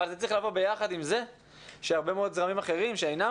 אבל זה צריך לבוא ביחד עם זה שהרבה מאוד זרמים אחרים שאינם